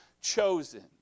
chosen